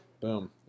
Boom